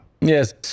Yes